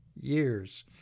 years